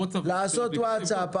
לעשות וואטסאפ.